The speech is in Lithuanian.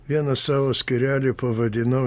vieną savo skyrelį pavadinau